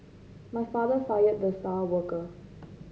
my father fired the star worker